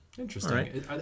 interesting